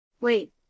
Wait